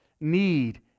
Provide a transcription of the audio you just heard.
need